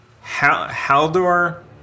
Haldor